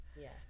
Yes